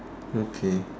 okay